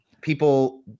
people